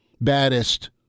baddest